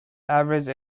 average